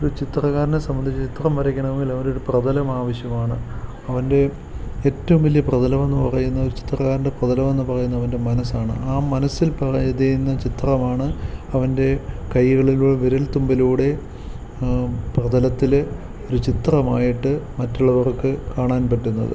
ഒരു ചിത്രകാരനെ സംബന്ധിച്ച് ചിത്രം വരയ്ക്കണമെങ്കിൽ അവനൊരു പ്രതലമാവശ്യമാണ് അവന്റെ ഏറ്റവും വലിയ പ്രതലമെന്നു പറയുന്നത് ഒരു ചിത്രകാരൻ്റെ പ്രതലമെന്ന് പറയുന്നതവൻ്റെ മനസ്സാണ് ആ മനസ്സിൽ പ്ര യ്ന്ന ചിത്രമാണ് അവൻ്റെ കൈകളിൽ വിരൽത്തുമ്പിലൂടെ പ്രതലത്തില് ഒരു ചിത്രമായിട്ട് മറ്റുള്ളവർക്ക് കാണാൻ പറ്റുന്നത്